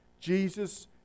Jesus